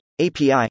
API